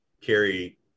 carry